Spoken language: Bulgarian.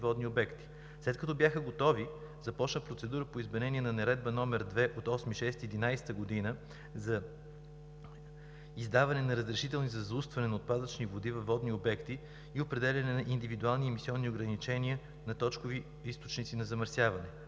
водни обекти. След като бяха готови, започна процедура по изменение на Наредба № 2 от 8 юли 2011 г. за издаване на разрешителни за заустване на отпадъчни води във водни обекти и определяне на индивидуални емисионни ограничения на точкови източници на замърсяване.